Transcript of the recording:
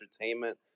entertainment